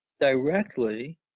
directly